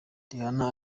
rihanna